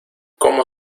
cómo